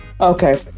Okay